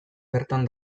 bertan